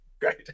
Great